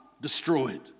Destroyed